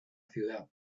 ciudad